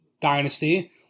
Dynasty